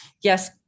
yes